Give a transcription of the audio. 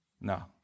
No